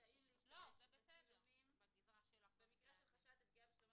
רשאים להשתמש בצילומים במקרה של חשד לפגיעה בשלומם